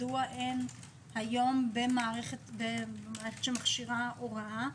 מדוע אין היום במערכת שמכשירה הוראה,